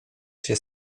się